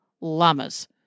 llamas